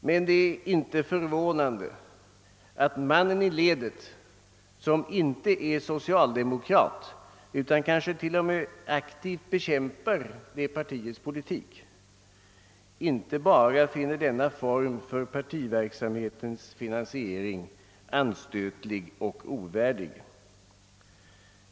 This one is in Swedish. Men det är inte förvånande att mannen i ledet, som inte är socialdemokrat utan som kanske t.o.m. aktivt bekämpar detta partis politik, inte bara finner denna form för partiverksamhetens finansiering anstötlig och ovärdig.